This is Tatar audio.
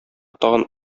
тагын